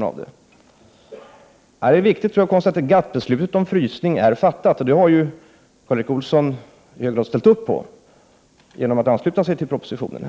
var ungefär detta. — GATT-beslutet om frysning är fattat. Karl Erik Olsson har ju i hög grad ställt upp på det genom att här ansluta sig till propositionen.